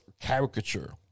caricature